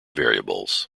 variables